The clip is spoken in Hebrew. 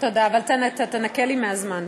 אבל תנכה לי מהזמן.